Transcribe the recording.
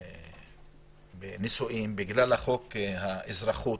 בגלל חוק האזרחות